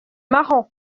marrant